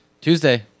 Tuesday